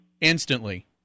instantly